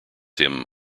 him